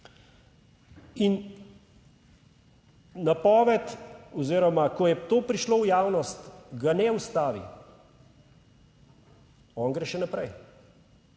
In napoved oziroma ko je to prišlo v javnost, ga ne ustavi, on gre še naprej,